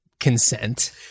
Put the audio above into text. consent